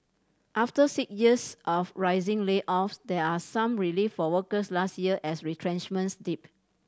after six years of rising layoffs there are some relief for workers last year as retrenchments dipped